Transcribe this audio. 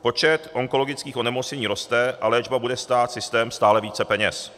Počet onkologických onemocnění roste a léčba bude stát systém stále více peněz.